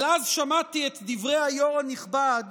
אבל אז שמעתי את דברי היו"ר הנכבד